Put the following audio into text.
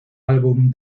álbum